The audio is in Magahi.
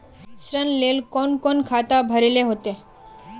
ऋण लेल कोन कोन खाता भरेले होते?